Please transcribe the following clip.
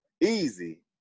easy